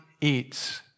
eats